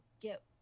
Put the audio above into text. get